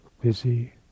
busy